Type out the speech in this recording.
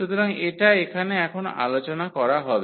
সুতরাং এটা এখানে এখন আলোচনা করা হবে